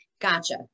Gotcha